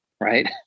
right